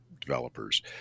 developers